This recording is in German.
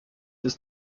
ist